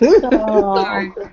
Sorry